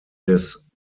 des